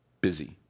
busy